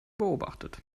beobachtet